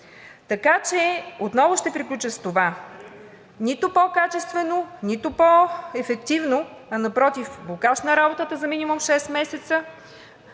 Отново ще приключа с това: нито по-качествено, нито по ефективно, а напротив – блокаж на работата за минимум шест месеца,